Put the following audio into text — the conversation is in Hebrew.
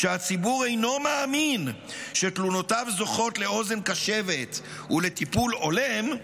כשהציבור אינו מאמין שתלונותיו זוכות לאוזן קשבת ולטיפול הולם,